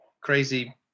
crazy